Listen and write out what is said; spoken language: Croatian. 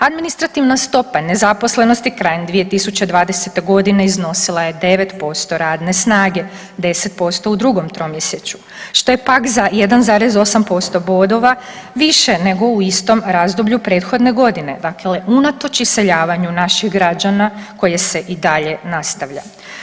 Administrativna stopa nezaposlenosti krajem 2020. g. iznosila je 9% radne snage, 10% u 2. tromjesečju, što je pak za 1,8% bodova više nego u istom razdoblju prethodne godine, dakle unatoč iseljavanju naših građana koje se i dalje nastavlja.